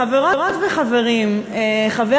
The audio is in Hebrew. חברות וחברים, כשחבר